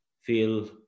feel